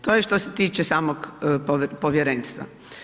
To je što se tiče samog povjerenstva.